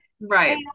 Right